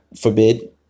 forbid